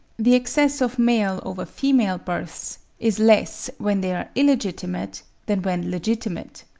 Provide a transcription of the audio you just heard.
the excess of male over female births is less when they are illegitimate than when legitimate.